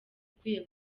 ukwiye